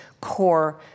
core